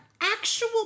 actual